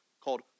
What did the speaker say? called